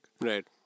Right